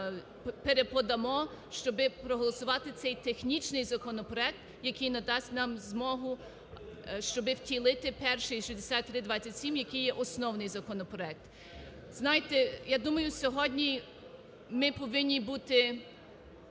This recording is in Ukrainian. переподамо, щоби проголосувати цей технічний законопроект, який надасть нам змогу, щоби втілити перший 6327, який є основний законопроект. Знаєте, я думаю, сьогодні ми повинні бути…